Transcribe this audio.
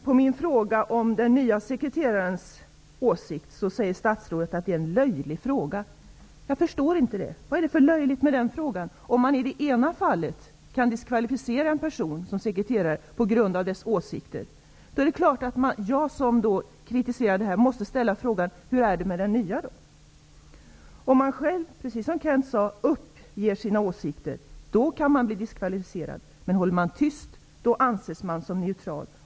På min fråga om den nya sekreterarens åsikt svarar statsrådet att det är en löjlig fråga. Det förstår jag inte. Vad är det för någonting löjligt med den frågan? Om en person i det ena fallet kan diskvalificeras som sekreterare på grund av dess åsikter, är det klart att jag som kritiserar handläggningen av detta måste ställa frågan: Hur är det då med den andra personen? Om en person -- precis som Kent Carlsson sade -- uppger sina åsikter, kan han diskvalificeras, men om han håller tyst, anses han som neutral.